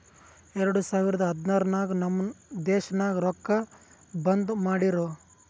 ಎರಡು ಸಾವಿರದ ಹದ್ನಾರ್ ನಾಗ್ ನಮ್ ದೇಶನಾಗ್ ರೊಕ್ಕಾ ಬಂದ್ ಮಾಡಿರೂ